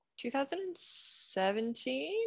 2017